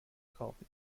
kaufen